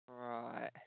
Right